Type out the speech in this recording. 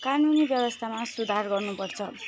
कानुनी व्यवस्थामा सुधार गर्नुपर्छ